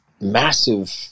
massive